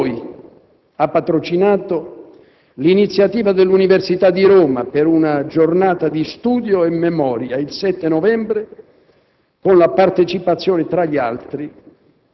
Ricordo che il Senato - quindi noi - ha patrocinato l'iniziativa dell'università «La Sapienza» di Roma per una giornata di studio e memoria, il 7 novembre,